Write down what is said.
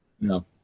No